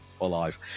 alive